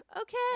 Okay